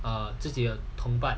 err 自己的同伴